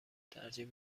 ترجیح